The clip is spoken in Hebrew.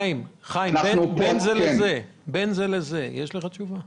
אבל חיים, בין זאת לזאת בכל זאת יש לך תשובה?